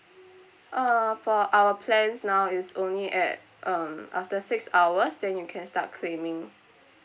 uh for our plans now it's only at um after six hours then you can start claiming